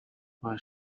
what